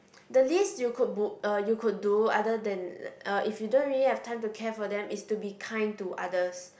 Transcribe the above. the least you could bu~ uh you could do other than uh if you don't really have time to care for them is to be kind to others